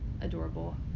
adorable